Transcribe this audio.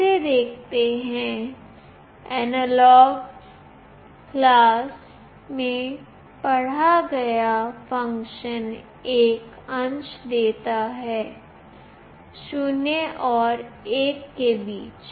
इसे देखते हैं एनालॉगइन क्लास में पढ़ा गया फ़ंक्शन एक अंश देता है 0 और 1 के बीच